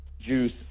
juice